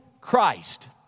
Christ